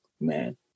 man